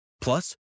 Plus